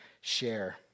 share